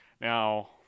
Now